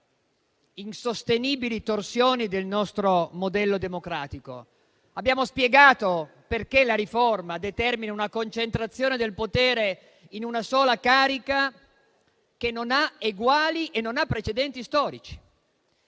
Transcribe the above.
insostenibili torsioni del nostro modello democratico. Abbiamo spiegato perché la riforma determina una concentrazione del potere in una sola carica che non ha eguali e non ha precedenti storici.